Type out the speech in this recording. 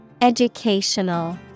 Educational